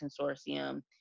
consortium